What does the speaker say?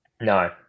No